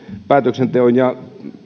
päätöksenteon ja